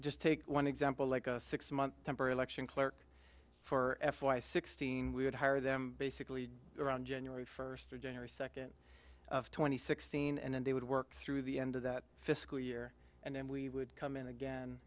just take one example like a six month temporary election clerk for f y sixteen we would hire them basically around january first or january second two thousand and sixteen and then they would work through the end of that fiscal year and then we would come in again